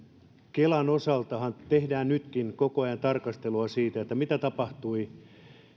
kelan osaltahan tehdään nytkin koko ajan tarkastelua mitä tapahtui kakkosluokan